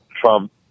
Trump